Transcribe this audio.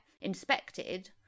inspected